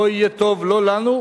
לא יהיה טוב לא לנו,